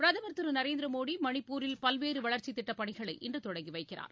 பிரதமர் திரு நரேந்திர மோடி மணிப்பூரில் பல்வேறு வளர்ச்சி திட்டப்பணிகளை இன்று தொடங்கி வைக்கிறார்